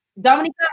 Dominica